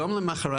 יום למחרת,